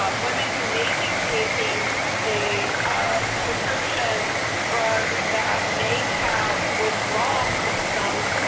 ah women who may be taking a ah prescription drug that may have withdrawal symptoms,